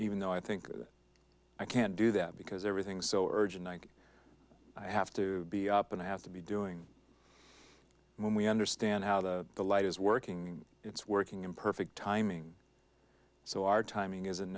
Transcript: even though i think i can't do that because everything's so urgent i have to be up and i have to be doing when we understand how the the light is working it's working in perfect timing so our timing isn't